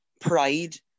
pride